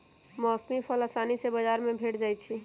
मौसमी फल असानी से बजार में भेंट जाइ छइ